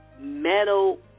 metal